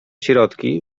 środki